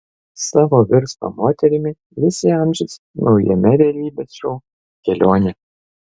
savo virsmą moterimi jis įamžins naujame realybės šou kelionė